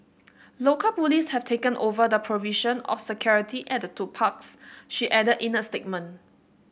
local police have taken over the provision of security at the two parks she added in a statement